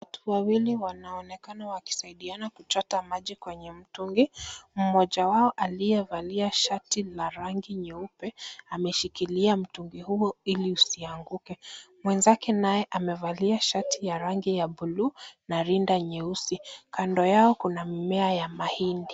Watu wawili wanaonekana wakisaidiana kuchota maji kwenye mtungi. Mmoja wao aliyevalia shati la rangi nyeupe ameshikilia mtungi huo ili usianguke . Mwenzake naye amevalia shati ya rangi ya buluu na rinda nyeusi . Kando yao kuna mimea ya mahindi.